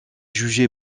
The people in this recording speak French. jugée